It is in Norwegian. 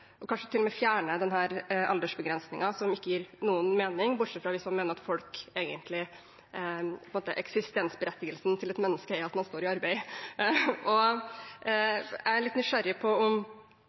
Den gir jo ingen mening, kanskje bortsett fra hvis man mener at et menneskes eksistensberettigelse er at man står i arbeid. Jeg er litt nysgjerrig på om